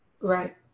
Right